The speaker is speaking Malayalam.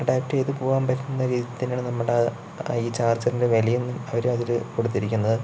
അഡാപ്റ്റ് ചെയ്തു പോകാൻ പറ്റുന്ന രീതിത്തന്നെയാണ് നമ്മടെ ഈ ചാർജ്ജറിൻ്റെ വിലയും അവര് അതിൽ കൊടുത്തിരിക്കുന്നത്